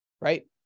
right